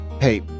Hey